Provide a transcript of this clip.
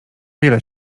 wiele